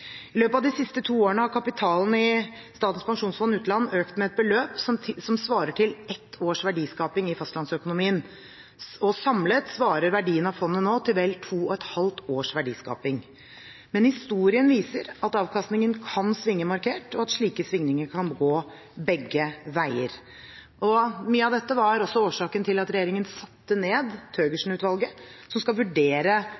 I løpet av de siste to årene har kapitalen i Statens pensjonsfond utland økt med et beløp som svarer til ett års verdiskaping i fastlandsøkonomien, og samlet svarer verdien av fondet nå til vel to og et halvt års verdiskaping. Men historien viser at avkastningen kan svinge markert, og at slike svingninger kan gå begge veier. Mye av dette var også årsaken til at regjeringen satte ned Thøgersen-utvalget, som skal vurdere